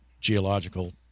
geological